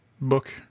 book